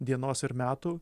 dienos ir metų